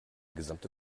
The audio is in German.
gesamte